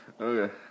Okay